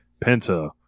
Penta